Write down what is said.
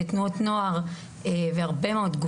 תנועות נוער,